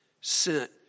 sent